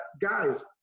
guys